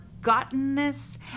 forgottenness